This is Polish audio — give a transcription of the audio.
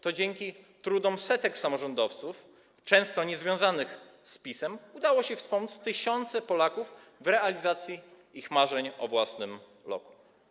To dzięki trudom setek samorządowców, często niezwiązanych z PiS-em, udało się wspomóc tysiące Polaków w realizacji ich marzeń o własnym lokum.